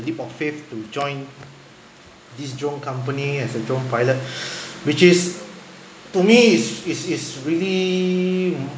leap of faith to join this drone company as a drone pilot which is to me is is is really